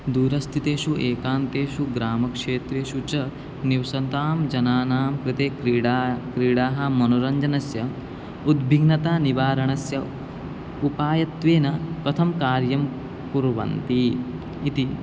दूरस्थितेषु एकान्तेषु ग्रामक्षेत्रेषु च निवसतां जनानां कृते क्रीडा क्रीडाः मनोरञ्जनस्य उद्भिन्नतानिवारणस्य उपायत्वेन कथं कार्यं कुर्वन्ति इति